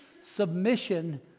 Submission